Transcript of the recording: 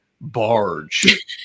barge